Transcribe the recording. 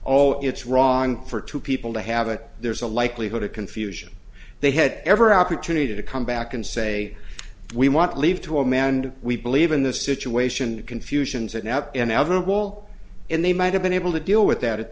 all it's wrong for two people to have it there's a likelihood of confusion they had every opportunity to come back and say we want leave to a man and we believe in this situation confusions and any other wall and they might have been able to deal with that at